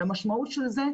המשמעות של זה,